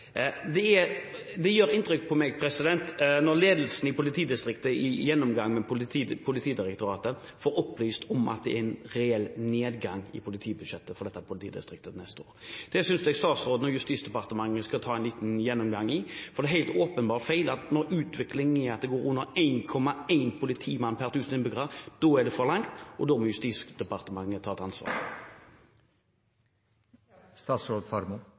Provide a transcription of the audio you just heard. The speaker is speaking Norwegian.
Det gjør inntrykk på meg når ledelsen i politidistriktet i en gjennomgang med Politidirektoratet får opplyst at det er en reell nedgang i politibudsjettet for dette politidistriktet til neste år. Det synes jeg statsråden og Justisdepartementet skal ta en liten gjennomgang av. For det er helt åpenbart feil når utviklingen går i retning av at det er under 1,1 politimann per 1 000 innbyggere. Da er det gått for langt, og da må Justisdepartementet ta et ansvar.